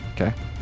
Okay